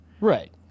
right